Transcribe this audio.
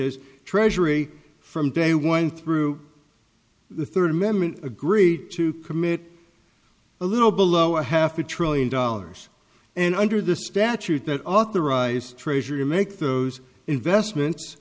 treasury from day one through the third amendment agreed to commit a little below a half a trillion dollars and under the statute that authorized treasury make those investments